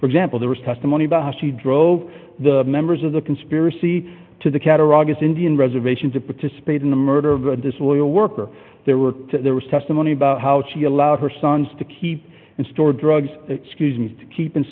for example there was testimony about how she drove the members of the conspiracy to the cattle ragas indian reservation to participate in the murder of a disloyal worker there were there was testimony about how she allowed her sons to keep and store drugs excuse me to keep in